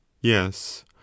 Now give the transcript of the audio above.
yes